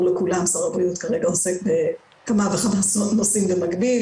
לכולם ששר הבריאות כרגע עוסק בכמה וכמה נושאים במקביל,